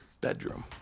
bedroom